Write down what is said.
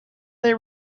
they